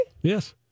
Yes